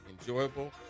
enjoyable